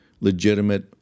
legitimate